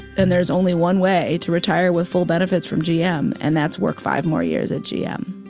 and there's only one way to retire with full benefits from gm. and that's work five more years at gm.